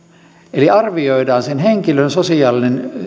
eli arvioidaan sen henkilön sosiaalinen